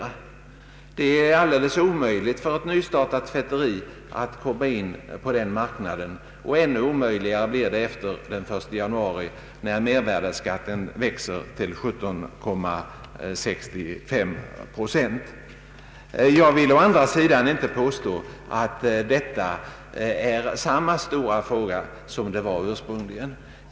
Och det är alldeles omöjligt för ett nystartat tvätteri att komma in på marknaden, och ännu svårare blir det efter den 1 januari 1971, när mervärdeskatten växer till 17,65 procent. Jag vill å andra sidan inte påstå att detta nu är samma stora fråga som det ursprungligen var.